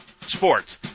Sports